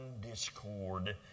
discord